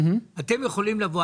אתם יכולים לבוא,